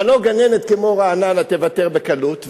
אבל לא גננת כמו רעננה תוותר בקלות.